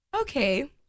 Okay